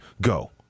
go